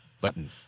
button